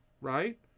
Right